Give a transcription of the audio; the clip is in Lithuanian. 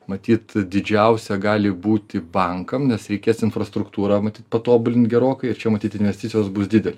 matyt didžiausia gali būti bankam nes reikės infrastruktūrą matyt patobulint gerokai ir čia matyt investicijos bus didelės